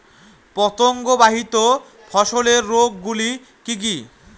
পতঙ্গবাহিত ফসলের রোগ গুলি কি কি?